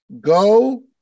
Go